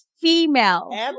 female